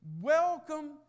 Welcome